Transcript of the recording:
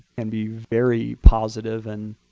and be very positive, and